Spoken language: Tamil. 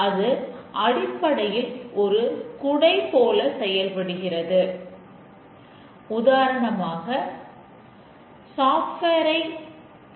இதுவே தோல்விகள் ஏற்படுவதற்கு காரணமாக மாறலாம்